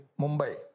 Mumbai